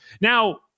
Now